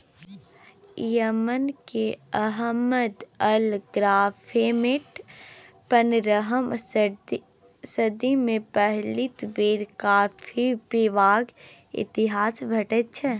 Yemen केर Ahmad al गफ्फारमे पनरहम सदी मे पहिल बेर कॉफी पीबाक इतिहास भेटै छै